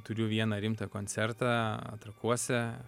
turiu vieną rimtą koncertą trakuose